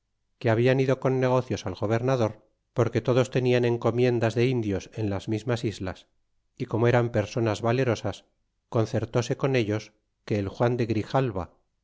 que hablan ido con negocios al gobernador porque todos tenian encomiendas de indios en las mismas islas y como eran per sonas valerosas concertóse con ellos que el juan de grijalva